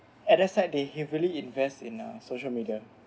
at the side they heavily invest in uh social media